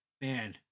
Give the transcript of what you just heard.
man